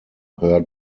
heard